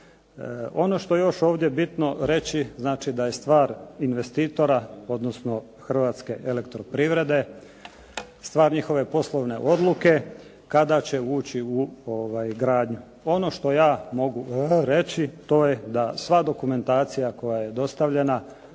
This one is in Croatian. Ono što je ovdje još bitno reći, znači da je stvar investitora, odnosno Hrvatske elektroprivrede stvar njihove poslove odluke kada će ući u gradnju. Ono što ja mogu reći to je da sva dokumentacija koja je dostavljena